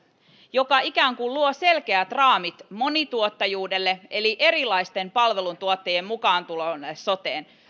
joka ikään kuin luo selkeät raamit monituottajuudelle eli erilaisten palveluntuottajien mukaantulolle soteen